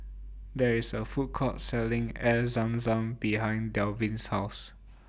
There IS A Food Court Selling Air Zam Zam behind Delvin's House